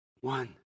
One